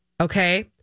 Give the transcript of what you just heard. okay